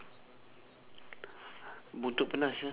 buntut penat sia